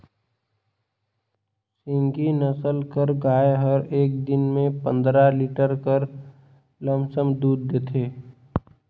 सिंघी नसल कर गाय हर एक दिन में पंदरा लीटर कर लमसम दूद देथे